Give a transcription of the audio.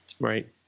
Right